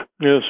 Yes